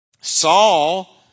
Saul